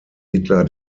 hitler